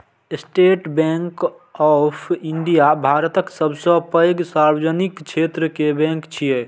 state Bank of India भारतक सबसं पैघ सार्वजनिक क्षेत्र के बैंक छियै